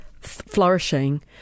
flourishing